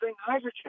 hydrogen